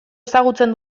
ezagutzen